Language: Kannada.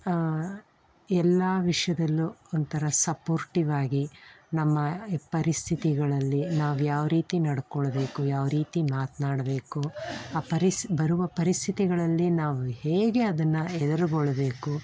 ಎಲ್ಲ ವಿಷಯದಲ್ಲೂ ಒಂಥರ ಸಪ್ಪೋರ್ಟಿವ್ ಆಗಿ ನಮ್ಮ ಪರಿಸ್ಥಿತಿಗಳಲ್ಲಿ ನಾವು ಯಾವ ರೀತಿ ನಡ್ಕೊಳ್ಬೇಕು ಯಾವ ರೀತಿ ಮಾತನಾಡ್ಬೇಕು ಆ ಪರಿಸ್ ಬರುವ ಪರಿಸ್ಥಿತಿಗಳಲ್ಲಿ ನಾವು ಹೇಗೆ ಅದನ್ನು ಎದುರುಗೊಳ್ಳಬೇಕು